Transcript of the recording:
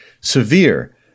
severe